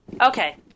Okay